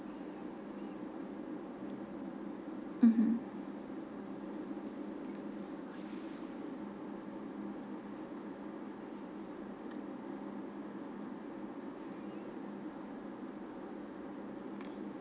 mmhmm